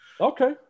Okay